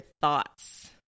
thoughts